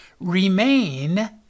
remain